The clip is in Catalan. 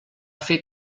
fer